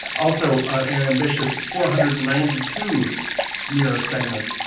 also ah an ambitious four hundred and ninety two mirror segments.